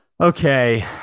Okay